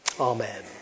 Amen